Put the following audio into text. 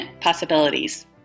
possibilities